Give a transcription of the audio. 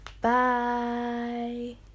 bye